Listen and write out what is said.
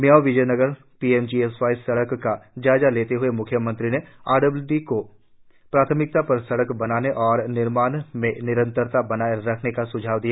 Miao Vijaynagar PMGSY सड़क का जायजा लेते हए म्ख्यमंत्री ने आरडब्ल्यूडी को प्राथमिकता पर सड़क बनाने और निर्माण में निरंतरता बनाए रखने का स्झाव दिया